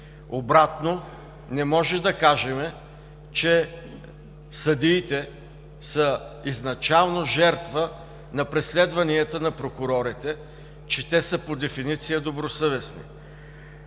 обратно – не можем да кажем, че съдиите са изначално жертва на преследванията на прокурорите, че те са по дефиниция добросъвестни.